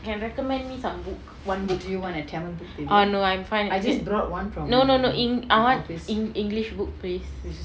can recommend me some book one book oh no I'm fine with it no no no I want english book please